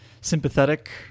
sympathetic